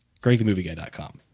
GregTheMovieGuy.com